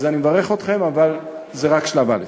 אז אני מברך אתכם, אבל זה רק שלב א'.